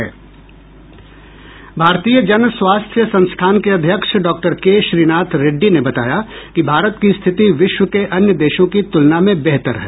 भारतीय जन स्वास्थ्य संस्थान के अध्यक्ष डॉ के श्रीनाथ रेड्डी ने बताया कि भारत की स्थिति विश्व के अन्य देशों की तुलना में बेहतर है